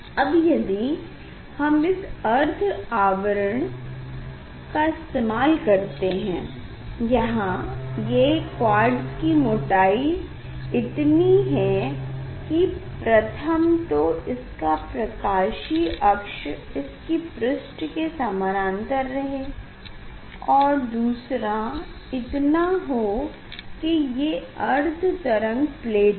अब यदि आप इस अर्ध आवरण का इस्तेमाल करते हैं यहाँ ये क्वार्ट्ज़ की मोटाई इतनी है कि प्रथम तो इसका प्रकाशीय अक्ष इसकी पृष्ठ के समानांतर रहे ये और दूसरा इतना हो कि ये अर्ध तरंग प्लेट हो